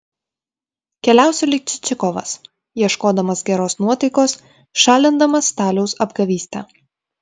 keliausiu lyg čičikovas ieškodamas geros nuotaikos šalindamas staliaus apgavystę